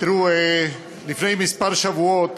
תראו, לפני כמה שבועות